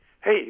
Hey